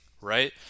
right